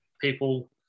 people